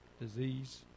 disease